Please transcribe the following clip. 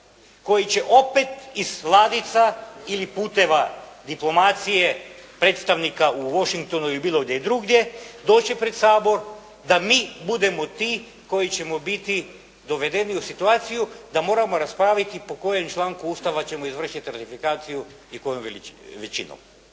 koji će opet iz ladica ili puteva diplomacije predstavnika u Washingtonu ili bilo gdje drugdje doći pred Sabor da mi budemo ti koji ćemo biti dovedeni u situaciju da moramo raspraviti po kojem članku Ustava ćemo izvršiti ratifikaciju i kojom većinom.